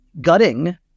gutting